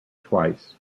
twice